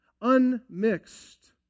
unmixed